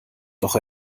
doch